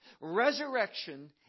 Resurrection